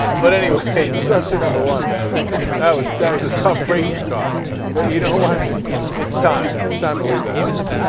ah but anyway face perhaps their number one minute and i was that was a tough break your car but you know why its time it's time to leave the house